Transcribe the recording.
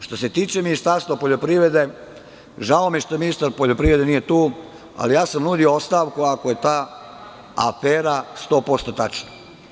Što se tiče Ministarstva poljoprivrede, žao mi je što ministar poljoprivrede nije tu, ali ja sam nudio ostavku ako je ta afera 100% tačna.